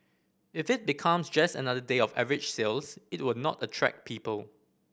if it becomes just another day of average sales it will not attract people